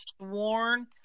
sworn